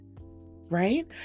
right